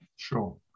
Sure